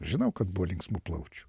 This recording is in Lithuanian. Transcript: žinau kad buvo linksmų plaučių